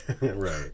right